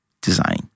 design